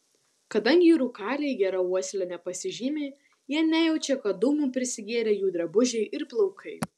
kadangi rūkaliai gera uosle nepasižymi jie nejaučia kad dūmų prisigėrę jų drabužiai ir plaukai